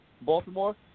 Baltimore